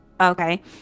Okay